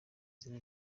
izina